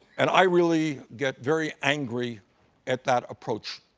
and i really get very angry at that approach,